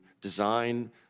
design